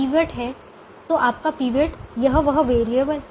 तो अब यह पिवट है